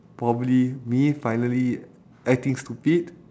probably me finally acting stupid